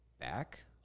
back